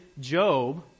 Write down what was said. Job